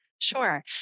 Sure